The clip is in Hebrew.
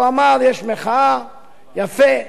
הוא אמר: יש מחאה, יפה,